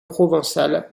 provençal